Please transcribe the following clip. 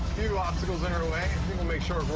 few obstacles in our way. and we're going to make short